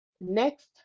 Next